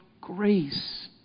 grace